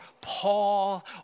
Paul